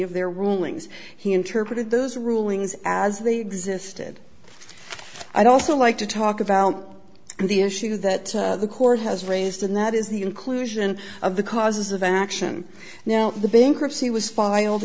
of their rulings he interpreted those rulings as they existed i'd also like to talk about the issue that the court has raised and that is the inclusion of the causes of action now the bankruptcy was file